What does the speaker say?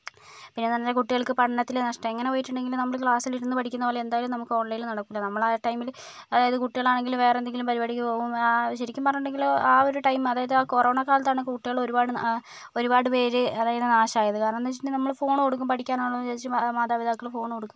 പിന്നെ എന്ന് പറഞ്ഞു കഴിഞ്ഞാൽ കുട്ടികൾക്ക് പഠനത്തിൽ നഷ്ടം എങ്ങനെ പോയിട്ട് ഉണ്ടെങ്കിലും ക്ലാസ്സിൽ ഇരുന്ന് പഠിക്കുന്ന പോലെ എന്തായാലും നമുക്ക് ഓൺലൈനിൽ നടക്കില്ല നമ്മളാ ടൈമിൽ അതായത് കുട്ടികൾ ആണെങ്കിൽ വേറെ എന്തെങ്കിലും പരിപാടിക്ക് പോകും ശരിക്കും പറഞ്ഞിട്ട് ഉണ്ടെങ്കിൽ ആ ഒരു ടൈം അതായത് കൊറോണ കാലത്ത് കുട്ടികൾ ഒരുപാട് ഒരുപാട് പേർ അതായത് നാശമായത് കാരണം എന്ന് വെച്ചിട്ടുണ്ടെങ്കിൽ നമ്മൾ ഫോൺ കൊടുക്കും പഠിക്കാൻ ആണല്ലോ എന്ന് വെച്ച് മാതാപിതാക്കൾ ഫോൺ കൊടുക്കും